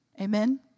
Amen